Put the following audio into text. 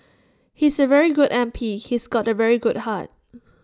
he's A very good M P he's got A very good heart